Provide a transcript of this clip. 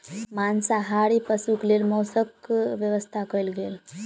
मांसाहारी पशुक लेल मौसक व्यवस्था कयल गेल